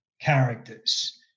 characters